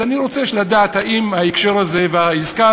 אז אני רוצה לדעת האם ההקשר הזה והעסקה